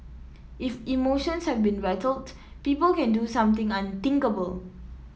if emotions have been rattled people can do something unthinkable